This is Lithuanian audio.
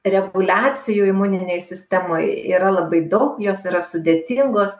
reguliacijų imuninėj sistemoj yra labai daug jos yra sudėtingos